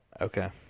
Okay